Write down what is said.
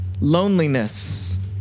loneliness